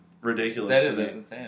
ridiculous